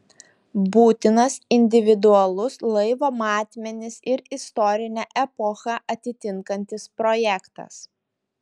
būtinas individualus laivo matmenis ir istorinę epochą atitinkantis projektas